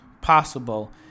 possible